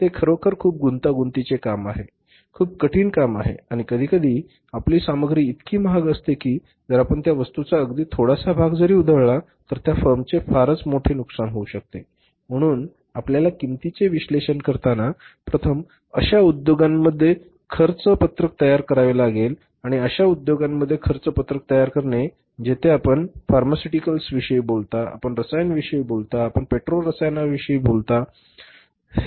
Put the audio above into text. ते खरोखर खूप गुंतागुंतीचे काम आहे खूप कठीण काम आहे आणि कधीकधी आपली सामग्री इतकी महाग असते की जर आपण त्या वस्तूचा अगदी थोडासा भाग जरी उधळला तर त्या फर्मचे फारच मोठे नुकसान होऊ शकते म्हणून आपल्याला किंमतीचे विश्लेषण करताना प्रथम अशा उद्योगांमध्ये खर्च पत्रक तयार करावे लागेल आणि अशा उद्योगांमध्ये खर्च पत्रक तयार करणे जेथे आपण फार्मास्युटिकल्सविषयी बोलता आपण रसायनांविषयी बोलता आपण पेट्रो रसायनांविषयी देखील बोलता